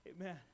Amen